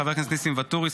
חברי הכנסת ניסים ואטורי,